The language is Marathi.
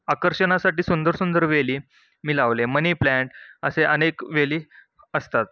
आकर्षणासाठी सुंदर सुंदर वेली मी लावले मनी प्लॅन्ट असे अनेक वेली असतात